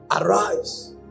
Arise